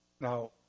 Now